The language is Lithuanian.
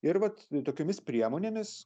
ir vat tokiomis priemonėmis